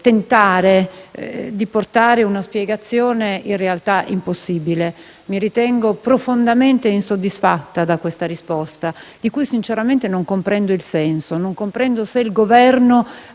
tentare di dare una spiegazione in realtà impossibile. Mi ritengo profondamente insoddisfatta di questa risposta, di cui sinceramente non comprendo il senso. Non comprendo se il Governo